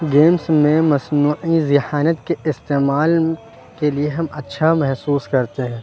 games میں مصنوعی ذہانت کے استعمال کے لیے ہم اچھا محسوس کرتے ہیں